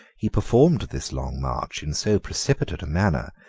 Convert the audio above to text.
he performed this long march in so precipitate a manner,